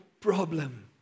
problem